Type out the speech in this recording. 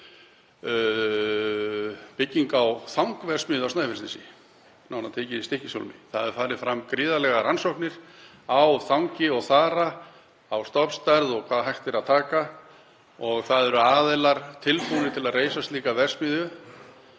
bygging á þangverksmiðju á Snæfellsnesi, nánar til tekið í Stykkishólmi. Farið hafa fram gríðarlegar rannsóknir á þangi og þara, á stofnstærð og hvað hægt er að taka, og það eru aðilar tilbúnir til að reisa slíka verksmiðju